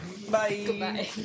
Goodbye